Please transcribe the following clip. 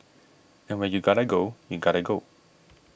and when you gotta go you gotta go